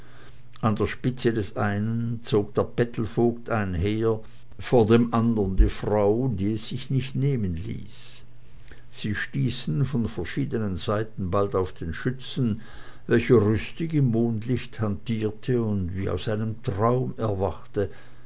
an der spitze des einen zog der bettelvogt einher vor dem andern die frau die es sich nicht nehmen ließ so stießen sie von verschiedenen seiten bald auf den schützen welcher rüstig im mondlicht hantierte und wie aus einem traum erwachte